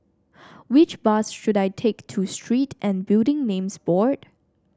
which bus should I take to Street and Building Names Board